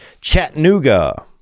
Chattanooga